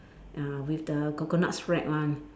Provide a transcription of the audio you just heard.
uh with the coconut shred one